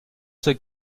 zur